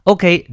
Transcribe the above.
Okay